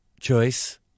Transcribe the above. Choice